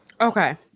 okay